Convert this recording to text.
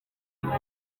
mba